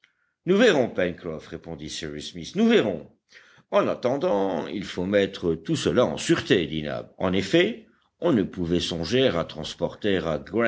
nous verrons pencroff répondit cyrus smith nous verrons en attendant il faut mettre tout cela en sûreté dit nab en effet on ne pouvait songer à transporter